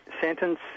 sentence